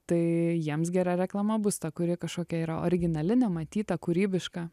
tai jiems gera reklama bus ta kuri kažkokia yra originali nematyta kūrybiška